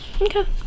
Okay